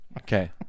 okay